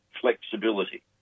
flexibility